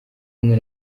kumwe